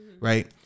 Right